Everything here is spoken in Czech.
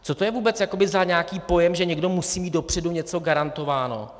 Co to je vůbec za nějaký pojem, že někdo musí mít dopředu něco garantováno?